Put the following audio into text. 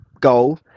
goal